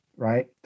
right